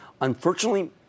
Unfortunately